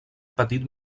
petit